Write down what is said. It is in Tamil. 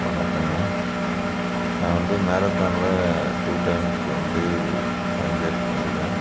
வணக்கங்க நான் வந்து மாரத்தானில் டூ டைம்ஸ் வந்து பங்கெடுத்துருக்கேன்